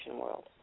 world